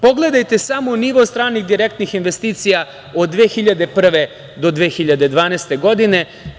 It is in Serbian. Pogledajte samo nivo stranih direktnih investicija od 2001. godine do 2012. godine.